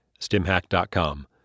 stimhack.com